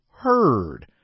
heard